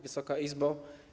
Wysoka Izbo!